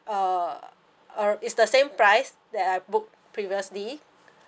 uh it's the same price that I book previously